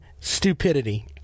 stupidity